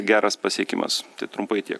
geras pasiekimas trumpai tiek